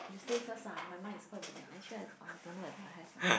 just say first ah my mind is quite blank actually I I don't know I don't have lah